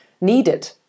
needed